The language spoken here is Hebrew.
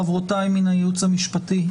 חברותיי מהייעוץ המשפטי,